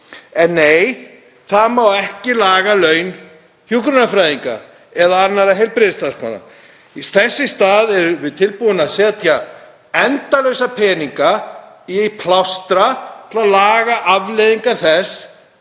En nei, það má ekki laga laun hjúkrunarfræðinga eða annarra heilbrigðisstarfsmanna. Þess í stað erum við tilbúin að setja endalausa peninga í plástra til að laga afleiðingar þess,